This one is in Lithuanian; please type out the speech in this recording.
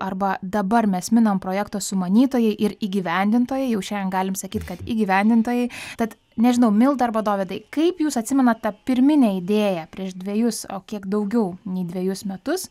arba dabar mes minam projekto sumanytojai ir įgyvendintojai jau šiandien galim sakyt kad įgyvendintojai tad nežinau milda arba dovydai kaip jūs atsimenat tą pirminę idėją prieš dvejus o kiek daugiau nei dvejus metus